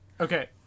okay